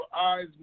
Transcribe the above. eyes